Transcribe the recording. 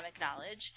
knowledge